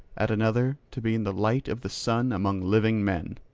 at another to be in the light of the sun among living men.